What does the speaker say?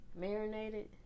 Marinated